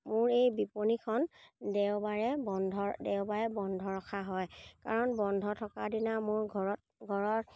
মোৰ এই বিপণীখন দেওবাৰে বন্ধ দেওবাৰে বন্ধ ৰখা হয় কাৰণ বন্ধ থকা দিনা মোৰ ঘৰত ঘৰৰ